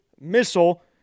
missile